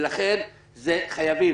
ולכן חייבים.